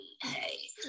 hey